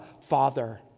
Father